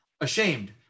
ashamed